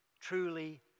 truly